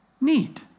need